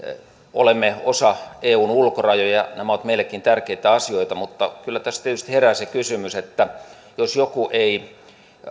olemme osa eun ulkorajoja ja nämä ovat meillekin tärkeitä asioita mutta kyllä tässä tietysti herää se kysymys että jos joku ei